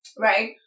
right